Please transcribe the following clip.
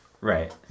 Right